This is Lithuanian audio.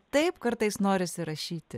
taip kartais norisi rašyti